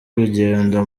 urugendo